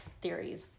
theories